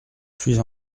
suis